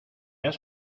has